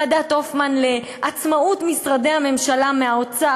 ועדת הופמן לעצמאות משרדי הממשלה מהאוצר,